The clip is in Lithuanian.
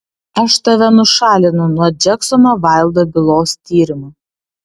aš tave nušalinu nuo džeksono vaildo bylos tyrimo